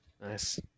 Nice